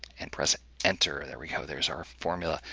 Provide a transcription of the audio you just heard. and press enter. there we go. there's our formula.